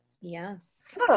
yes